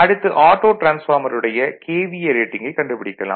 அடுத்து ஆட்டோ டிரான்ஸ்பார்மருடைய KVA ரேட்டிங்கைக் கண்டுபிடிக்கலாம்